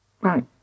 Right